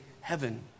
heaven